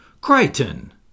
Crichton